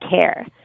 CARE